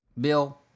Bill